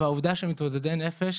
היא מתקיימת ככה,